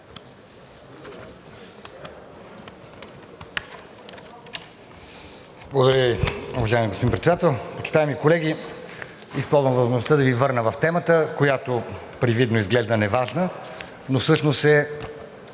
Благодаря Ви. Уважаеми господин Председател, почитаеми колеги! Използвам възможността да Ви върна в темата, която привидно изглежда неважна, но всъщност е